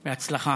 בהצלחה.